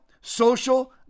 social